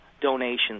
donations